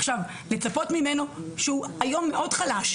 עכשיו לצפות ממנו, כשהוא היום מאוד חלש.